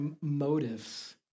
motives